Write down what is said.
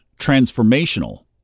transformational